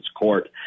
court